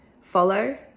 follow